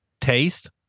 taste